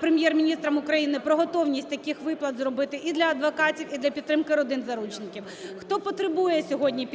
Прем’єр-міністром України про готовність таких виплат зробити і для адвокатів, і для підтримки родин заручників. Хто потребує сьогодні підтримки?